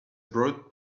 brought